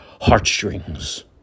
heartstrings